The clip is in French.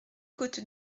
côte